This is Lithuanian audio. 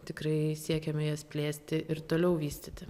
tikrai siekiame jas plėsti ir toliau vystyti